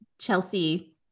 Chelsea